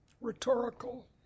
rhetorical